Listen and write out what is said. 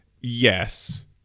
Yes